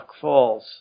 Falls